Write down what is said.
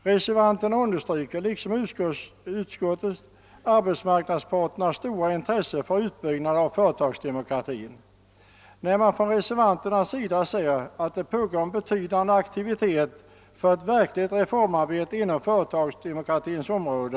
Reservanterna understryker liksom utskottet arbetsmarknadsparternas stora intresse för en utbyggnad av företagsdemokratin. Reservanterna säger att det pågår en betydande aktivitet för ett verkligt reformarbete på företagsdemokratins område.